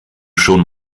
schon